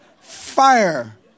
fire